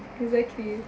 exactly